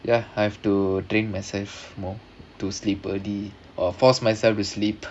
ya I have to drink myself more to sleep or force myself to sleep